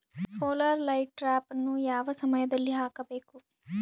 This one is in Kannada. ಸೋಲಾರ್ ಲೈಟ್ ಟ್ರಾಪನ್ನು ಯಾವ ಸಮಯದಲ್ಲಿ ಹಾಕಬೇಕು?